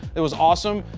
it was awesome.